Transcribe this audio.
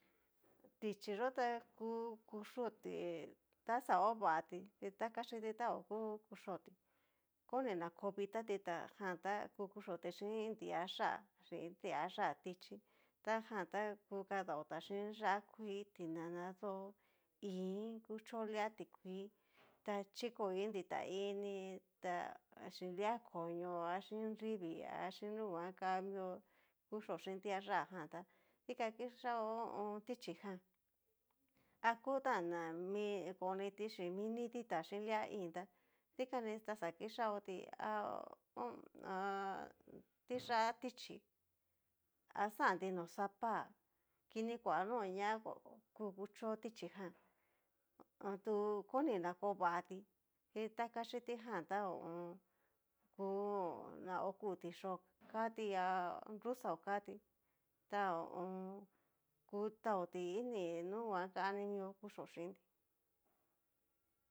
Tichí yó ta ku kuxhio tí taxa ho vatí chí ta kaxiti ta o kú kuxhioti koni na ko vitati ta jan ta kú kuxhioti xhín iin tiayá xin iin tiayá tichí, ta jan ta ku kadaota xhin yá'a kuii ti nana dó íin, kuchó lia tikuii ta chiko iin ditá ini ta xhín lia koño, ha xhíon nrivii xhin nunguan kan mio kuchió xhin tiayá jan tá dikan kixao tichí jan akuni tán ná koni miti xhín mini ditá chín lia íin tá dikaní xa kixaoti ta ho ha tiyá tichí axanti no xapá kini kua no ña ku kuchó tichí jan tu koni na ko vatí, tu koni na kó vatí chí ta kaxití jan ta ho o on. ku na oku tixhío katí a nruxao katí ta ho o on. ku taoti ini nunguan kaní mió kuchío xhintí.